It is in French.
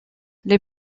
les